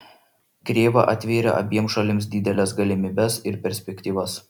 krėva atvėrė abiem šalims dideles galimybes ir perspektyvas